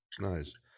Nice